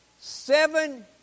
Seven